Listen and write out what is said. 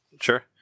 Sure